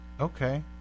Okay